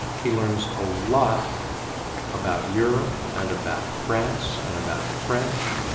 he learns a lot about europe and about france and about french